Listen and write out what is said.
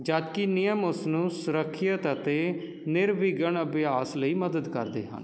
ਜਦ ਕਿ ਨਿਯਮ ਉਸ ਨੂੰ ਸੁਰੱਖਿਅਤ ਅਤੇ ਨਿਰਵਿਘਨ ਅਭਿਆਸ ਲਈ ਮਦਦ ਕਰਦੇ ਹਨ